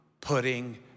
putting